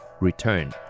return